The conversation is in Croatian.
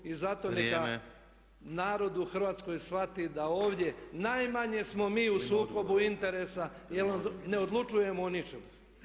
Zato neka narod u Hrvatskoj shvati da ovdje najmanje smo mi u sukobu interesa jer ne odlučujemo o ničemu.